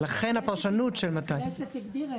ולכן הפרשנות- -- הכנסת הגדירה.